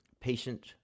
patient